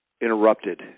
interrupted